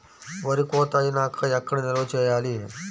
వరి కోత అయినాక ఎక్కడ నిల్వ చేయాలి?